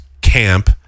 camp